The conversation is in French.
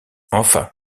enfin